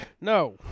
No